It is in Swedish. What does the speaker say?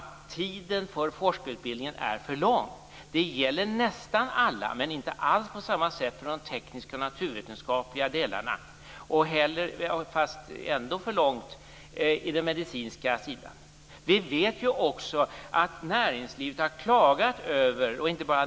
Tiden för forskarutbildningen är alltså för lång. Det gäller nästan alla delar, men inte alls på samma sätt beträffande de tekniska och naturvetenskapliga delarna. På den medicinska sidan är den också för lång.